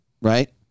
right